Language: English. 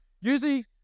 usually